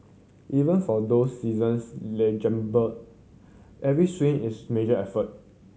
even for those seasons every swing is major effort